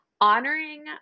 honoring